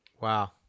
Wow